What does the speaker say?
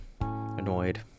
annoyed